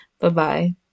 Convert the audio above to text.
Bye-bye